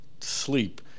sleep